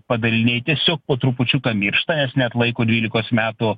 padaliniai tiesiog po trupučiuką miršta nes neatlaiko dvylikos metų